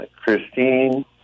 Christine